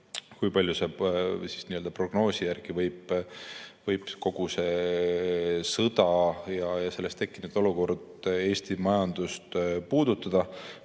kui palju prognoosi järgi võib kogu see sõda ja selle tekitatud olukord Eesti majandust puudutada,